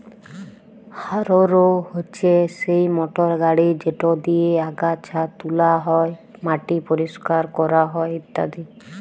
harrow হছে সেই motor গাড়ি যেট দিঁয়ে আগাছা তুলা হ্যয়, মাটি পরিষ্কার ক্যরা হ্যয় ইত্যাদি